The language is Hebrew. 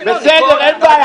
--- בסדר, אין בעיה,